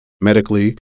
medically